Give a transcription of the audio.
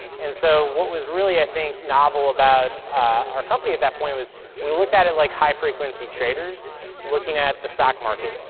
and so what was really i think novel about our company at that point was we looked at it like high frequency traders looking at the stock market,